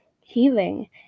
healing